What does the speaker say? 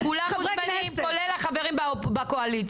כולם מוזמנים, כולל החברים בקואליציה.